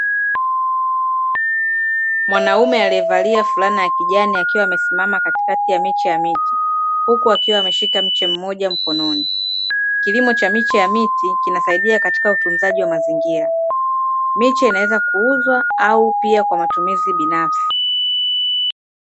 Mwanaume aliyevalia fulana ya kijani akiwa amesimama katikati ya miche ya miti, huku akiwa ameshika mche mmoja mkononi. Kilimo cha miche ya miti kinasaidia katika utunzaji wa mazingira; miche inaweza kuuzwa au pia kwa matumizi binafsi.